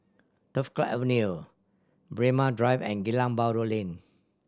Turf Club Avenue Braemar Drive and Geylang Bahru Lane